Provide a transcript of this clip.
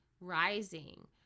rising